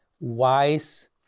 wise